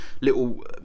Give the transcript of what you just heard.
little